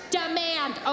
demand